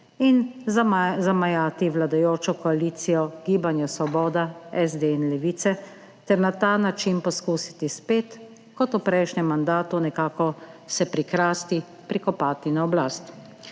za zamajati vladajočo koalicijo Gibanja Svoboda, SD in Levice, ter na ta način poskusiti spet, kot v prejšnjem mandatu, nekako se prikrasti, prikopati na oblast.